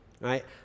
right